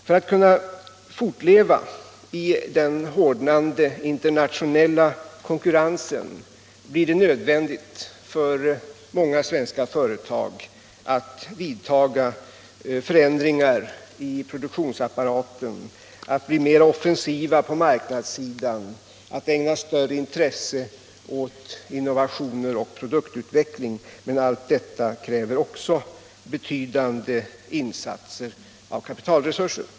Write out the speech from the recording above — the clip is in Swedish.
För att kunna fortleva i den hårdnande internationella konkur = Nr 129 rensen blir det nödvändigt för många svenska företag att vidta förändringar i produktionsapparaten, att bli mer offensiva på marknadssidan, att ägna större intresse åt innovationer och produktutveckling. Men allt detta kräver också betydande insatser av kapitalresurser.